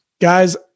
Guys